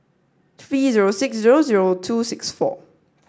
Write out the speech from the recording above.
three zero six zero zero two six four